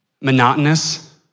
monotonous